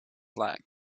flag